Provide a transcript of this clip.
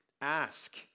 Ask